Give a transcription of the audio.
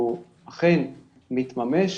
הוא אכן מתממש.